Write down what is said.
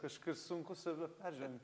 kažkas sunku save peržengt